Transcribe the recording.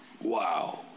Wow